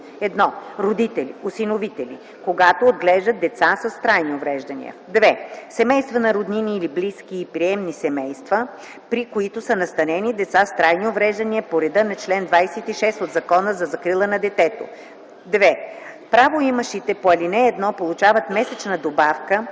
1. родители (осиновители), когато отглеждат деца с трайни увреждания; 2. семейства на роднини или близки и приемни семейства, при които са настанени деца с трайни увреждания по реда на чл. 26 от Закона за закрила на детето. (2) Правоимащите по ал. 1 получават месечната добавка